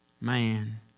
Man